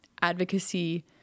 advocacy